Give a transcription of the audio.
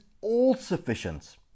all-sufficient